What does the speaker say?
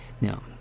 Now